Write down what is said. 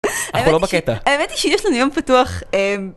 את כבר לא בקטע, האמת היא שיש לנו יום פתוח.